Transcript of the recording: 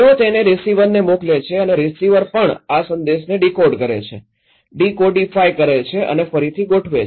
તેઓ તેને રીસીવરને મોકલે છે અને રીસીવર પણ આ સંદેશને ડીકોડ કરે છે ડિકોડિફાઇ કરે છે અને ફરીથી ગોઠવે છે